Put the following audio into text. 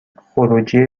خروجی